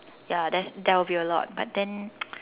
ya that's that will be a lot but then